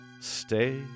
Stay